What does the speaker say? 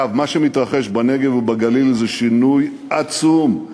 אגב, מה שמתרחש בנגב ובגליל, זה שינוי עצום.